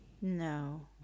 no